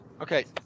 okay